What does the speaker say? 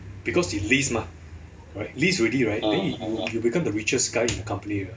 because you lease mah right lease already right then you you become the richest guy in the company right